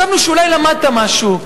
חשבנו שאולי למדת משהו.